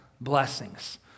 blessings